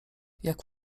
jak